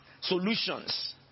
solutions